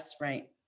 Right